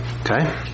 Okay